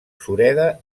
sureda